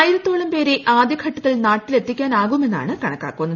ആയിരത്തോളം പേരെ ആദ്യഘട്ടത്തിൽ നാട്ടിലെത്തിക്കാനാകുമെന്നാണ് ക്ണ്ക്കാക്കുന്നത്